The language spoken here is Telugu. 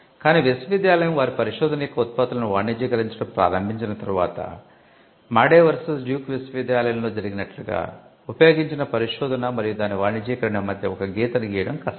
కానీ విశ్వవిద్యాలయం వారి పరిశోధన యొక్క ఉత్పత్తులను వాణిజ్యీకరించడం ప్రారంభించిన తర్వాత మాడే వర్సెస్ డ్యూక్ విశ్వవిద్యాలయంలో జరిగినట్లుగా ఉపయోగించిన పరిశోధన మరియు దాని వాణిజ్యీకరణ మధ్య ఒక గీతను గీయడం కష్టం